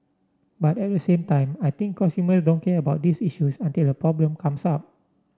but at the same time I think consumer don't care about these issues until a problem comes up